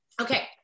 Okay